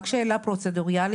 רק שאלה פרוצדורלית,